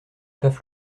paf